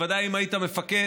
בוודאי אם היית מפקד.